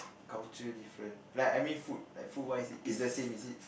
culture different like I mean food like food wise is the same is it